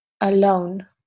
alone